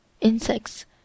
Insects